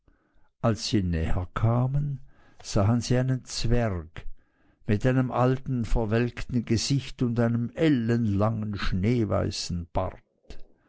als sie näher kamen sahen sie einen zwerg mit einem alten verwelkten gesicht und einem ellenlangen schneeweißen bart